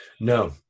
No